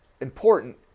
important